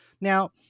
Now